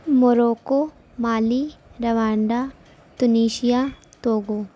Morocco Mali Rwanda Tunisia Togo